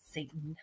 Satan